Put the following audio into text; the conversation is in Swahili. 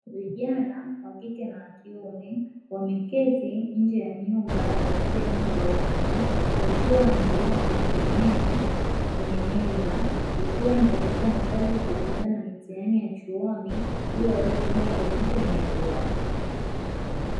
Vijana wakike na wakiume wame keti nje ya nyumba katika eneo la uani, wakiwa wanaendelea kujisomea kwenye meza, ikiwa ni katika nyakati za kujiandaa na mitihani ya chuoni ili waweze kwenda kuonesha umahiri wao.